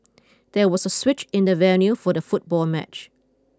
there was a switch in the venue for the football match